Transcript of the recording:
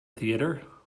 theater